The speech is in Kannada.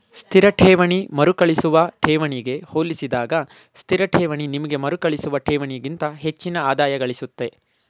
ಸ್ಥಿರ ಠೇವಣಿ ಮರುಕಳಿಸುವ ಠೇವಣಿಗೆ ಹೋಲಿಸಿದಾಗ ಸ್ಥಿರಠೇವಣಿ ನಿಮ್ಗೆ ಮರುಕಳಿಸುವ ಠೇವಣಿಗಿಂತ ಹೆಚ್ಚಿನ ಆದಾಯಗಳಿಸುತ್ತೆ